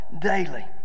daily